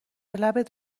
لبت